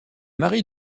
mari